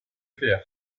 clair